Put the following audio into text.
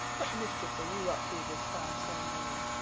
what mischief are you up to this fine sunny morning?